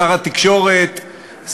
שר התקשורת,